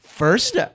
first